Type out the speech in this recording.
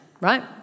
right